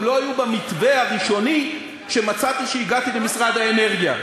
גם לא היו במתווה הראשוני שמצאתי כשהגעתי למשרד האנרגיה.